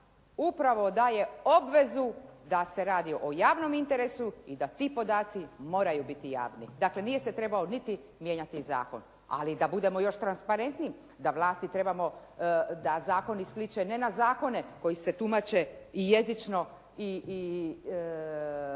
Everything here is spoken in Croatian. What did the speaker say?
upravo daje obvezu da se radi o javnom interesu i da ti podaci moraju biti javni. Dakle nije se trebao niti mijenjati zakon. Ali da budemo još transparentniji, da zakoni sliče ne na zakone koji se tumače i jezično i